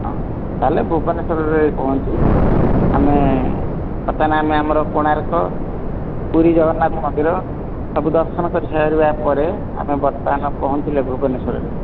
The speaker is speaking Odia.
ହଁ ତା'ହେଲେ ଭୁବନେଶ୍ୱରରେ ପହଞ୍ଚି ଆମେ ବର୍ତ୍ତମାନ ଆମେ ଆମର କୋଣାର୍କ ପୁରୀ ଜଗନ୍ନାଥ ମନ୍ଦିର ସବୁ ଦର୍ଶନ କରି ସାରିବା ପରେ ଆମେ ବର୍ତ୍ତମାନ ପହଞ୍ଚିଲେ ଭୁବନେଶ୍ୱରରେ